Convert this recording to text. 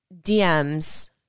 DMs